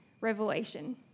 revelation